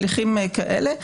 הליכים כאלה,